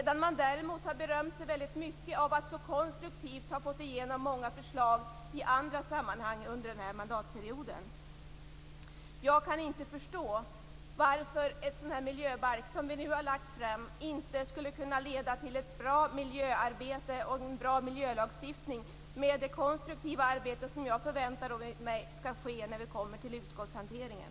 Däremot har man berömt sig väldigt mycket av att på ett konstruktivt sätt ha fått igenom många förslag i andra sammanhang under den här mandatperioden. Jag kan inte förstå varför ett sådant här förslag till miljöbalk som vi nu lagt fram inte skulle kunna leda till ett bra miljöarbete och en bra miljölagstiftning; detta sagt med tanke på det konstruktiva arbete som jag förväntar mig när vi kommer fram till utskottshanteringen.